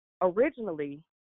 originally